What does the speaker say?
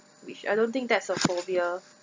which I don't think that's a phobia